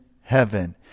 heaven